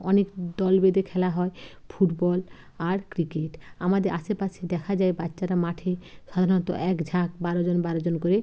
অনেক দল বেঁধে খেলা হয় ফুটবল আর ক্রিকেট আমাদের আশেপাশে দেখা যায় বাচ্চারা মাঠে সাধারণত এক ঝাঁক বারোজন বারোজন করে